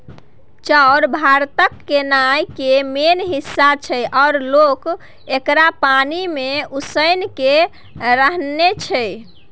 चाउर भारतक खेनाइ केर मेन हिस्सा छै आ लोक एकरा पानि मे उसनि केँ रान्हय छै